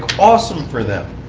awesome for them.